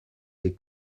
des